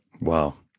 Wow